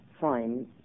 fine